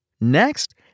Next